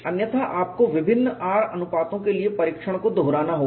अन्यथा आपको विभिन्न R अनुपातों के लिए परीक्षण को दोहराना होगा